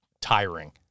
tiring